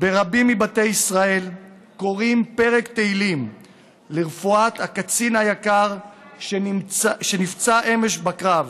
ברבים מבתי ישראל קוראים פרק תהילים לרפואת הקצין היקר שנפצע אמש בקרב,